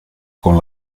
con